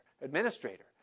administrator